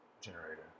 generator